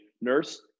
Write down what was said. nurse